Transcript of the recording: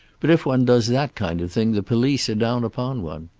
but if one does that kind of thing the police are down upon one.